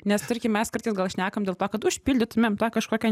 nes tarkim mes kartais gal šnekam dėl to kad užpildytumėm tą kažkokią